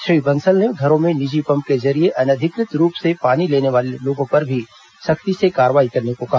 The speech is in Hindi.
श्री बंसल ने घरों में निजी पम्प के जरिए अनधिकृत रूप से पानी लेने वाले लोगों पर सख्ती से कार्रवाई करने को कहा